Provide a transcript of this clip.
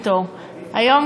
היום,